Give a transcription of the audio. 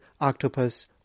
Octopus